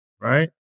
right